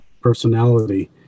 personality